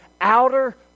outer